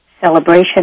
Celebration